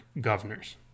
governors